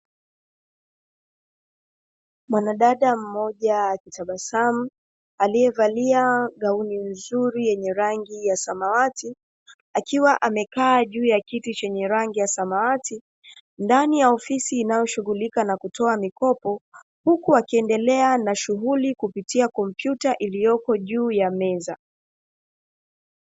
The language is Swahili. Mwanadada mmoja akitabasamu, aliyevalia gauni nzuri yenye rangi ya samawati, akiwa amekaa juu ya kiti chenye rangi ya samawati, ndani ya ofisi inayoshughulika na kutoa mikopo, huku akiendelea na shughuli kupitia kompyuta iliyoko juu ya meza.